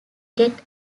get